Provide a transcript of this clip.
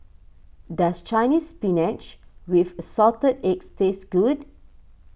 does Chinese Spinach with Assorted Eggs taste good